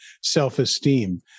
self-esteem